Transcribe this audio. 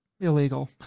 illegal